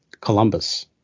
Columbus